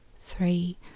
three